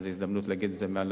וזו הזדמנות להגיד את זה מהדוכן: